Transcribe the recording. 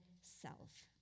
self